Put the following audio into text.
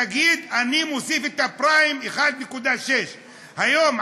תגיד: אני מוסיף את הפריים 1.6%. היום,